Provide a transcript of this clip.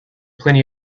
plenty